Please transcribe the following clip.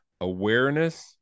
awareness